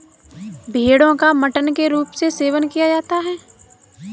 भेड़ो का मटन के रूप में सेवन किया जाता है